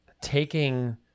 taking